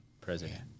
President